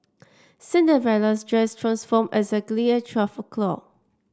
Cinderell's dress transformed exactly at twelve o'clock